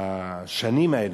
השנים האלה,